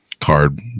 card